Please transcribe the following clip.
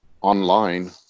online